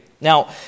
Now